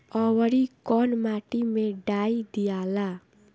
औवरी कौन माटी मे डाई दियाला?